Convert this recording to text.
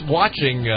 watching